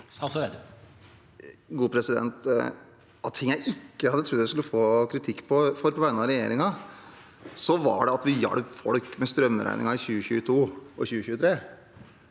Av ting jeg ikke hadde trodd jeg skulle få kritikk for på vegne av regjeringen, var det at vi hjalp folk med strømregningen i 2022 og 2023.